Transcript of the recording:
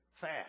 fast